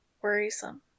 worrisome